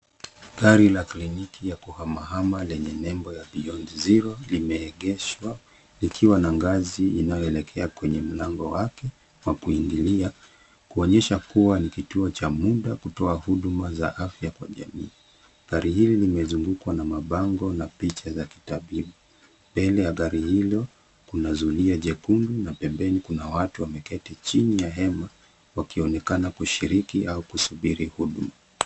Gari la kliniki la kuhama hama, lenye nembo ya Beyond zero, limeegeshwa likiwa na ngazi, inayoelekeza kwenye mlango wake wa kuingilia. Kuonyesha kuwa ni kituo cha muda, kutoa huduma za afya kwa jamii. Gari hili limezungukwa na mabango na picha za kitabibu. Mbele ya gari hilo, kuna zulia jekundu na pembeni, kuna watu wameketi chini ya hema, wakionekana kushiriki au kusubiri huduma.